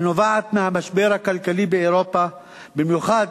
הנובעת מהמשבר הכלכלי באירופה, במיוחד